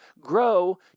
grow